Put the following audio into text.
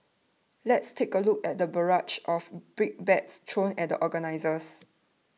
let's take a look at the barrage of brickbats thrown at the organisers